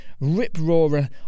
rip-roarer